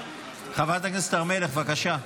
חברת הכנסת הר מלך, בבקשה.